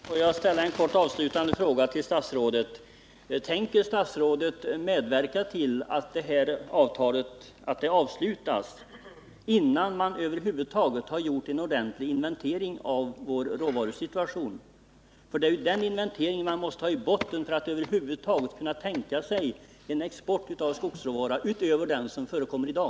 Herr talman! Låt mig ställa en kort avslutande fråga till statsrådet: Tänker statsrådet medverka till att avtal sluts innan man har gjort en ordentlig inventering av vår råvarusituation? Det är ju den inventeringen man måste haii botten för att över huvud taget kunna tänka sig en export av skogsråvara utöver den som förekommer i dag.